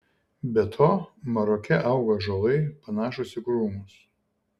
be to maroke auga ąžuolai panašūs į krūmus